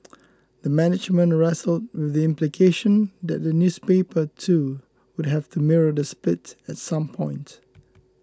the management wrestled with the implication that the newspaper too would have to mirror the split at some point